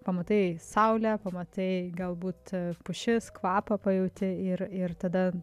pamatai saulę pamatai galbūt pušis kvapą pajauti ir ir tada